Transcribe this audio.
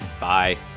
Bye